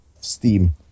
Steam